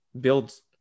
builds